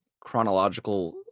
chronological